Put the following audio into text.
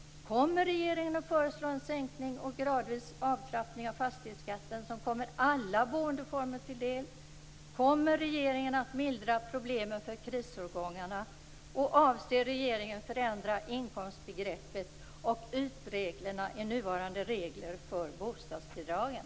Kommer regeringen att föreslå en sänkning och gradvis avtrappning av fastighetsskatten som kommer alla boendeformer till del? Kommer regeringen att mildra problemen för krisårgångarna? Avser regeringen förändra inkomstbegreppet och ytreglerna i nuvarande regler för bostadsbidragen?